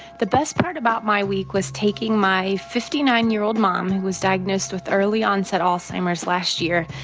the best part about my week was taking my fifty nine year old mom, who was diagnosed with early onset alzheimer's last year,